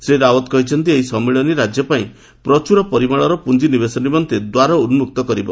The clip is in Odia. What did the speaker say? ଶ୍ରୀ ରାଓ୍ୱତ କହିଛନ୍ତି ଏହି ସମ୍ମିଳନୀ ରାଜ୍ୟପାଇ ପ୍ରଚୁର ପରିମାଣର ପୁଞ୍ଜିନିବେଶ ନିମନ୍ତେ ଦ୍ୱାର ଉନ୍କକ୍ତ କରିବ